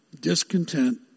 discontent